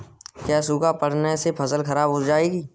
क्या सूखा पड़ने से फसल खराब हो जाएगी?